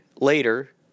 later